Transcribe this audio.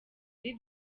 ari